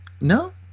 No